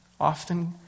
Often